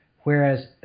Whereas